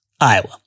iowa